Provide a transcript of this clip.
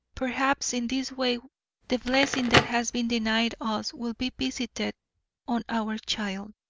perhaps in this way the blessing that has been denied us will be visited on our child,